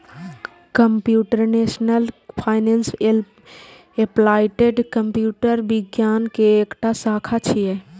computational finance applied computer विज्ञान के एकटा शाखा छियै